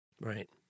right